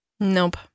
Nope